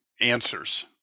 answers